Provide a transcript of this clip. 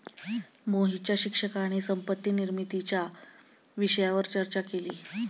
मोहितच्या शिक्षकाने संपत्ती निर्मितीच्या विषयावर चर्चा केली